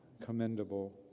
commendable